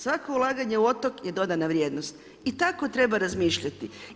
Svako ulaganje u otok je dodana vrijednost i tako treba razmišljati.